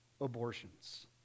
abortions